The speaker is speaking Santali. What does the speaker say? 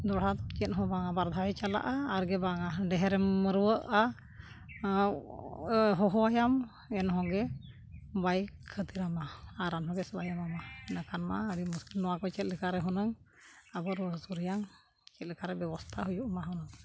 ᱫᱚᱲᱦᱟ ᱫᱚ ᱪᱮᱫᱦᱚᱸ ᱵᱟᱝᱼᱟ ᱵᱟᱨ ᱫᱷᱟᱣᱮ ᱪᱟᱞᱟᱜᱼᱟ ᱟᱨ ᱜᱮ ᱵᱟᱝᱟ ᱰᱮᱦᱮᱨᱮᱢ ᱨᱩᱣᱟᱹᱜᱼᱟ ᱦᱚᱦᱚᱭᱟᱢ ᱮᱱᱦᱚᱸᱜᱮ ᱵᱟᱭ ᱠᱷᱟᱹᱛᱤᱨᱟᱢᱟ ᱟᱨ ᱟᱱᱦᱚᱸ ᱵᱮᱥ ᱵᱟᱭ ᱮᱢᱟᱢᱟ ᱮᱸᱰᱮ ᱠᱷᱟᱱ ᱢᱟ ᱟᱹᱰᱤ ᱢᱩᱥᱠᱤᱞ ᱱᱚᱣᱟ ᱠᱚ ᱪᱮᱫ ᱞᱮᱠᱟᱨᱮ ᱦᱩᱱᱟᱹᱝ ᱟᱵᱚ ᱨᱩᱣᱟᱹ ᱥᱩᱨ ᱪᱮᱫ ᱞᱮᱠᱟᱨᱮ ᱵᱮᱵᱚᱥᱛᱷᱟ ᱦᱩᱭᱩᱜᱼᱢᱟ ᱦᱩᱱᱟᱹᱝ